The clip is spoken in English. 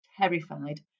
terrified